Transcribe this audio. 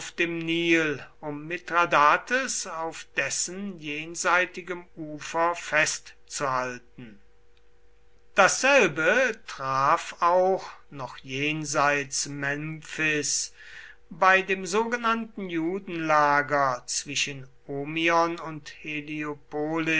nil um mithradates auf dessen jenseitigem ufer festzuhalten dasselbe traf auch noch jenseits memphis bei dem sogenannten judenlager zwischen omion und heliopolis